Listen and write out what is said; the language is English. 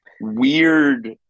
weird